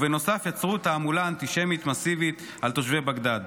ובנוסף יצרו תעמולה אנטישמית מסיבית על תושבי בגדאד.